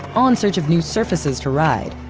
all in search of new surfaces to ride.